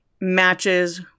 matches